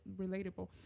relatable